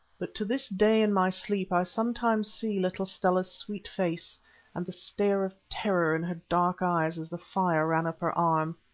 but to this day in my sleep i sometimes see little stella's sweet face and the stare of terror in her dark eyes as the fire ran up her arm.